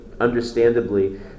understandably